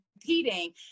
competing